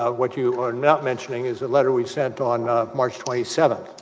ah what you are not mentioning his letter was sent on the march twenty seven,